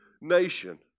nation